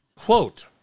Quote